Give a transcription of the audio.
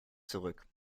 zurück